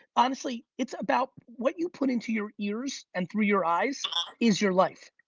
honestly, it's about what you put into your ears and through your eyes is your life.